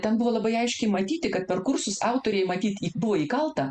ten buvo labai aiškiai matyti kad per kursus autorei matyt buvo įkalta